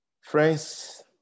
Friends